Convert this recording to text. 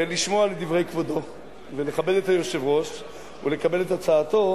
לשמוע לדברי כבודו ולכבד את היושב-ראש ולקבל את הצעתו